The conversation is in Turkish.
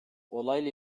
olayla